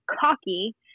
cocky